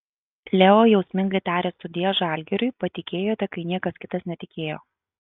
leo jausmingai tarė sudie žalgiriui patikėjote kai niekas kitas netikėjo